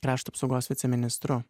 krašto apsaugos viceministru